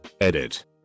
Edit